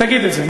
תגיד את זה.